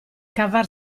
cavar